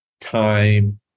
time